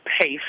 pace